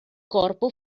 corpo